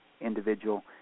individual